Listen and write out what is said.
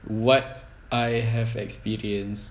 what I have experience